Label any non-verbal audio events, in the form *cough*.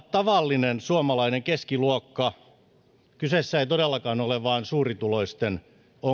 *unintelligible* tavallinen suomalainen keskiluokka kyseessä ei todellakaan ole vain suurituloisten